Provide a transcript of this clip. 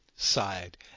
side